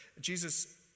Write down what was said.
Jesus